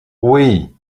oui